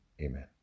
Amen